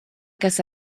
kas